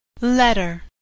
Letter